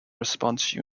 response